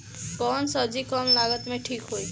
कौन सबजी कम लागत मे ठिक होई?